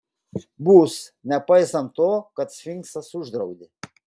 bus nepaisant to kad sfinksas uždraudė